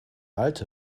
alte